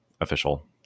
official